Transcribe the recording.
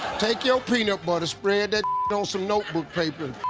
take your peanut butter, spread that but on some notebook paper